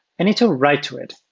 i need to write to it.